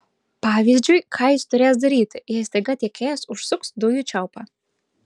pavyzdžiui ką jis turės daryti jei staiga tiekėjas užsuks dujų čiaupą